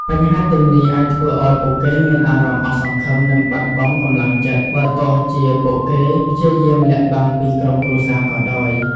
បញ្ហាទាំងនេះអាចធ្វើឲ្យពួកគេមានអារម្មណ៍អស់សង្ឃឹម និងបាត់បង់កម្លាំងចិត្ត បើទោះជាពួកគេព្យាយាមលាក់បាំងពីក្រុមគ្រួសារក៏ដោយ។